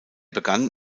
begann